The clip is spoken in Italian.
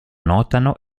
notano